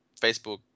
Facebook